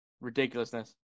ridiculousness